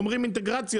אומרים אינטגרציה,